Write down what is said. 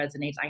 resonates